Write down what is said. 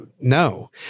no